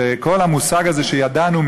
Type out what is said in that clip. וכל המושג הזה שידענו,